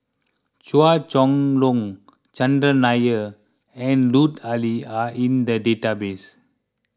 Chua Chong Long Chandran Nair and Lut Ali are in the database